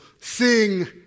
sing